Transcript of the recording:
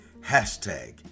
hashtag